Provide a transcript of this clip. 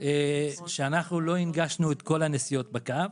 שלא הנגשנו את כל הנסיעות בקו.